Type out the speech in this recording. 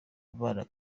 abana